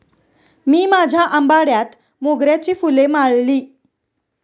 मी माझ्या आंबाड्यात मोगऱ्याची फुले माळली